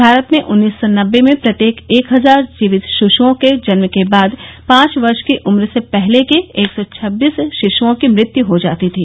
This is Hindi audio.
भारत में उन्नीस सौ नबे में प्रत्येक एक हजार जीवित शिश्ओं के जन्म के बाद पांच वर्ष की उम्र से पहले के एक सौ छब्बीस शिश्ओं की मृत्यू हो जाती थी